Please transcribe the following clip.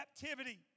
captivity